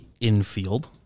infield